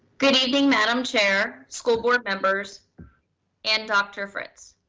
good evening madam chair, school board members and dr. fritz.